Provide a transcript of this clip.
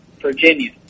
Virginia